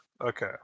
okay